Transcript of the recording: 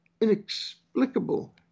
inexplicable